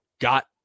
got